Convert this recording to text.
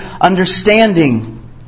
understanding